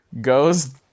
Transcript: goes